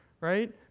right